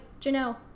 Janelle